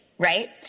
Right